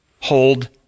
hold